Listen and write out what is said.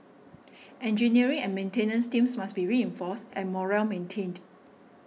engineering and maintenance teams must be reinforced and morale maintained